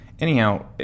Anyhow